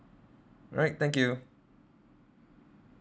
right thank you